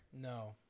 no